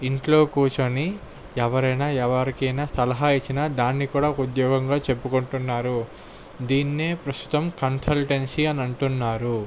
ఇంట్లో కూర్చుని ఎవరైనా ఎవరికైనా సలహా ఇచ్చిన దాన్ని కూడా ఒక ఉద్యోగంగా చెప్పుకుంటున్నారు దీన్నే ప్రస్తుతం కన్సల్టెన్సీ అని అంటున్నారు